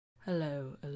Hello